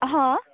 ହଁ